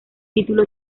título